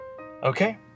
Okay